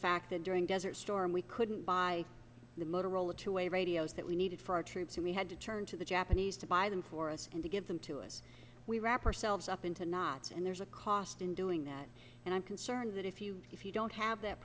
fact that during desert storm we couldn't buy the motorola two way radios that we needed for our troops and we had to turn to the japanese to buy them for us and to give them to us we wrap ourselves up into knots and there's a cost in doing that and i'm concerned that if you if you don't have that